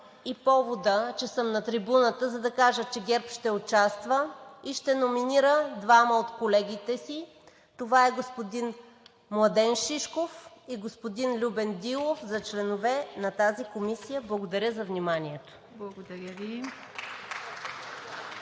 повода, че съм на трибуната, за да кажа, че ГЕРБ ще участва и ще номинира двама от колегите си – това са господин Младен Шишков и господин Любен Дилов, за членове на тази комисия. Благодаря за вниманието. (Ръкопляскания